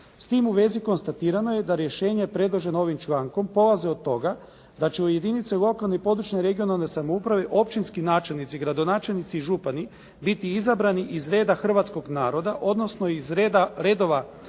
S tim u vezi konstatirano je da rješenje predloženo ovom člankom polaze od toga da će u jedinice lokalne, područne i regionalne samouprave općinski načelnici, gradonačelnici i župani biti izabrani iz reda hrvatskog naroda, odnosno iz redova